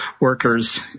workers